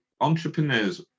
entrepreneurs